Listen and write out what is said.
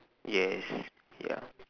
yes